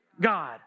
God